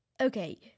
Okay